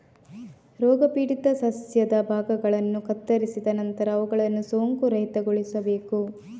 ರೋಗಪೀಡಿತ ಸಸ್ಯದ ಭಾಗಗಳನ್ನು ಕತ್ತರಿಸಿದ ನಂತರ ಅವುಗಳನ್ನು ಸೋಂಕುರಹಿತಗೊಳಿಸಬೇಕು